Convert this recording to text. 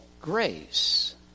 grace